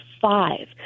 five